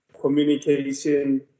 communication